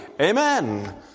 Amen